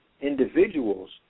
individuals